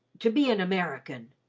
to be an american.